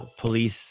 Police